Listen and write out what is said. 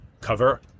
cover